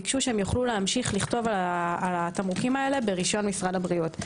ביקשו שיוכלו להמשיך לכתוב על התמרוקים האלה ברשיון משרד הבריאות.